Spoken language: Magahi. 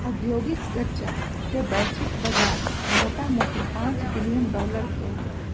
औद्योगिक गन्जा के वैश्विक बजार मोटामोटी पांच बिलियन डॉलर के हइ